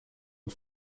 und